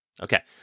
Okay